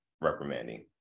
reprimanding